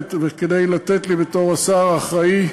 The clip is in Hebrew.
המערכת וכדי לתת לי, בתור השר האחראי